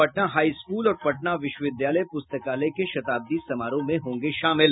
Patna high school और पटना विश्वविद्यालय पुस्तकालय के शताब्दी समारोह में होंगे शामिल